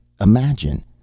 Imagine